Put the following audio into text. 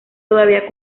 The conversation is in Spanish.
todavía